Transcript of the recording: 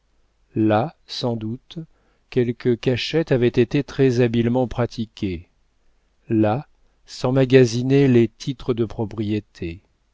là sans doute quelque cachette avait été très-habilement pratiquée là s'emmagasinaient les titres de propriété